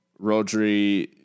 Rodri